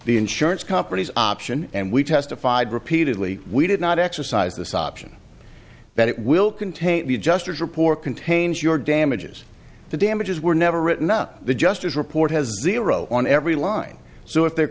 the insurance companies option and we testified repeatedly we did not exercise this option but it will contain the adjusters report contains your damages the damages were never written up the justice report has a zero on every line so if the